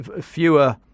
fewer